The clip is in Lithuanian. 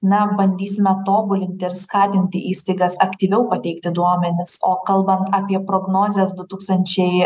na bandysime tobulinti ir skatinti įstaigas aktyviau pateikti duomenis o kalbant apie prognozes du tūkstančiai